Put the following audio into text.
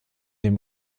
dem